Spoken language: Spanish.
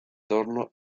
torno